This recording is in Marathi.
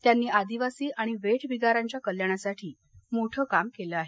त्यांनी आदिवासी आणि वेठबिगारांच्या कल्याणासाठी मोठं काम केलं आहे